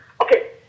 Okay